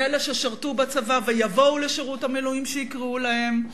זה אלה ששירתו בצבא ויבואו לשירות המילואים כשיקראו להם.